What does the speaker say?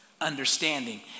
Understanding